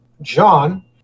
John